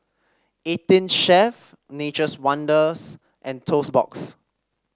Eighteen Chef Nature's Wonders and Toast Box